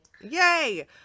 Yay